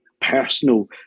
personal